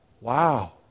wow